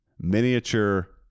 miniature